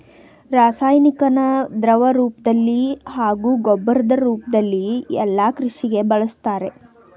ರಾಸಾಯನಿಕನ ದ್ರವರೂಪ್ದಲ್ಲಿ ಹಾಗೂ ಗೊಬ್ಬರದ್ ರೂಪ್ದಲ್ಲಿ ಯಲ್ಲಾ ಕೃಷಿಗೆ ಬಳುಸ್ತಾರೆ